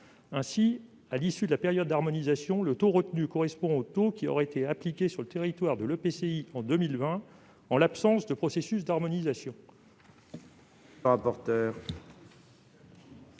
Ainsi, à l'issue de la période d'harmonisation, le taux retenu correspond au taux qui aurait été appliqué sur le territoire de l'EPCI en 2020 en l'absence de processus d'harmonisation.